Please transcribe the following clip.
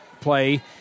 play